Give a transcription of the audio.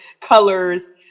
colors